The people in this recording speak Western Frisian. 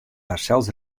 harsels